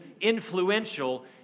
influential